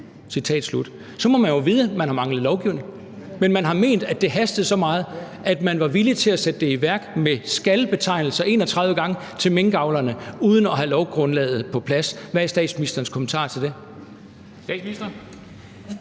Så må man jo vide, at man har manglet lovgivning, men man har ment, at det hastede så meget, at man var villig til at sætte det i værk med »skal«-betegnelser 31 gange til minkavlerne uden at have lovgrundlaget på plads. Hvad er statsministerens kommentar til det?